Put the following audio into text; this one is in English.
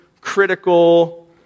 critical